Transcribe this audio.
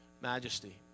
Majesty